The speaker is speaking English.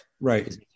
Right